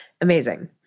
Amazing